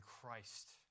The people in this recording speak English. Christ